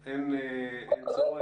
ברורה, הדוגמה ברורה, אין צורך.